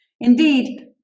Indeed